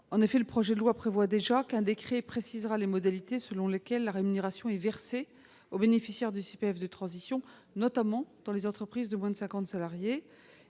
En effet, le projet de loi prévoit déjà qu'un décret précisera les modalités selon lesquelles la rémunération est versée aux bénéficiaires du CPF de transition, notamment dans les entreprises de moins de cinquante salariés.